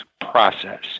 process